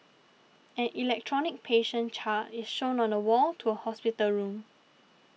an electronic patient chart is shown on the wall to a hospital room